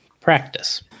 practice